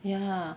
ya